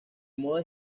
moda